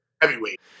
Heavyweight